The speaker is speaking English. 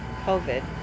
COVID